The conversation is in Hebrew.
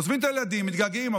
עוזבים את הילדים, מתגעגעים.